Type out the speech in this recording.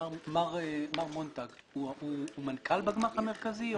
מר מונטג הוא מנכ"ל בגמ"ח המרכזי?